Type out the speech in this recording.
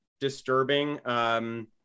disturbing